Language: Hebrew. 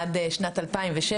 עד שנת 2007,